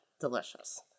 delicious